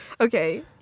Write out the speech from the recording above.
Okay